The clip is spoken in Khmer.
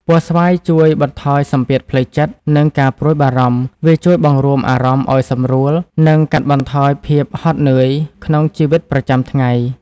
ពណ៌ស្វាយជួយបន្ថយសម្ពាធផ្លូវចិត្ត និងការព្រួយបារម្ភ។ វាជួយបង្រួមអារម្មណ៍ឲ្យសម្រួល និងកាត់បន្ថយភាពហត់នឿយក្នុងជីវិតប្រចាំថ្ងៃ។